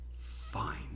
fine